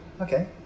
okay